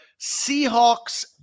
Seahawks